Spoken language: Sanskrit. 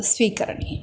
स्वीकरणीयम्